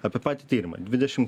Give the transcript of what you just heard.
apie patį tyrimą dvidešim